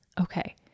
Okay